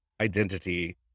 identity